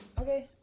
Okay